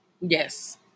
Yes